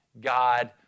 God